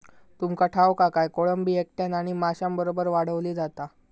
तुमका ठाऊक हा काय, कोळंबी एकट्यानं आणि माशांबरोबर वाढवली जाता